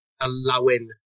allowing